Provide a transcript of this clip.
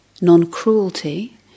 non-cruelty